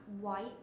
white